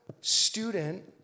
student